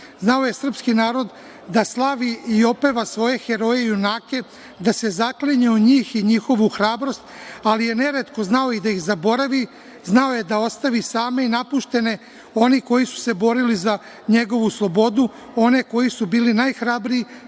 Znao je srpski narod da slavi i opeva svoje heroje i junake, da se zaklinje u njih i njihovu hrabrost, ali je neretko znao i da ih zaboravi, znao je da ostavi same i napuštene one koji su se borili za njegovu slobodu, one koji su bili najhrabriji,